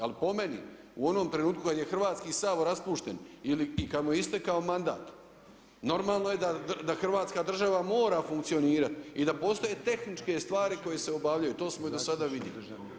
Ali po meni u onom trenutku kada je Hrvatski sabor raspušten ili i kada mu je istekao mandat normalno je da Hrvatska država mora funkcionirati i da postoje tehničke stvari koje se obavljaju, to smo i do sada vidjeli.